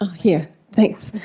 here. thanks.